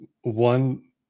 One